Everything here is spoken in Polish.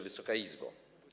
Wysoka Izbo!